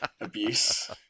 abuse